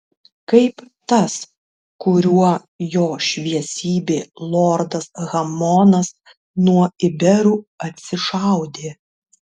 kaip tas kuriuo jo šviesybė lordas hamonas nuo iberų atsišaudė